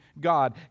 God